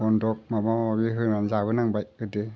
बन्दक माबा माबि होनानै जाबोनांबाय गोदो